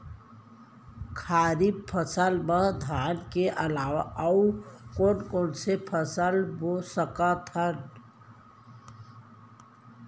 खरीफ फसल मा धान के अलावा अऊ कोन कोन से फसल बो सकत हन?